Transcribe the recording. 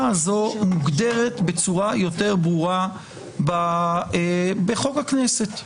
הזאת מוגדרת בצורה יותר ברורה בחוק הכנסת.